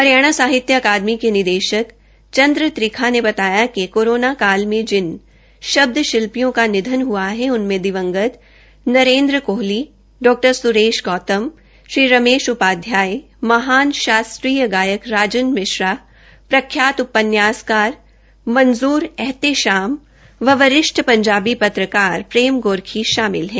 हरियाणा साहित्य अकादमी के निदेशक श्री चन्द्र त्रिखा ने बताया कि कोरोना काल में जिन शब्दशिल्पियों का निधन हआ है उनमें दिवंगत श्री नरेन्द्र कोहली डॉ सुरेश गौतम श्री रमेश उपाध्यायमहान शास्त्रीय गायक राजन मिश्रा प्रख्यात उपन्यासकार मंजूर एहतशाम सूख बरगद व वरिष्ठ पंजाबी पत्रकार प्रेम गोरखी शामिल हैं